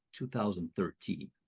2013